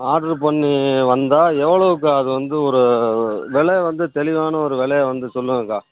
order பண்ணி வந்தால் எவ்வளோவுக்கு அது வந்து ஒரு விலை வந்து தெளிவான ஒரு விலைய வந்து சொல்லுங்கக்கா